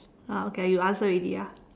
ah okay ah you answer already ah